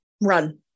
run